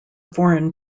foreign